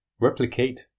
replicate